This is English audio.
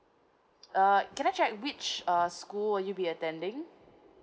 uh can I check which uh school will you be attending